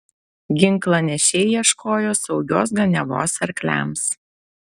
ginklanešiai ieškojo saugios ganiavos arkliams